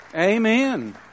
Amen